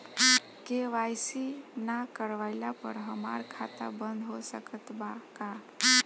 KYC ना करवाइला पर हमार खाता बंद हो सकत बा का?